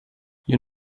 you